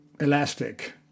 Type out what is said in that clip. elastic